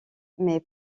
mais